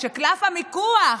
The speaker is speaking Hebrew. כשקלף המיקוח,